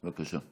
בבקשה.